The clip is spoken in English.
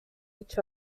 each